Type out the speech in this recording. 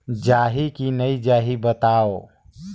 जाही की नइ जाही बताव?